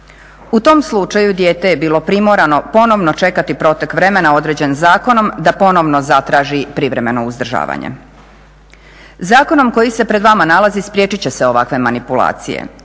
U tom slučaju dijete je bilo primorano ponovno čekati protek vremena određen zakonom da ponovno zatraži privremeno uzdržavanje. Zakonom koji se pred vama nalazi spriječiti će se ovakve manipulacije.